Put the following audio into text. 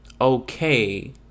okay